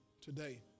today